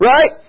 Right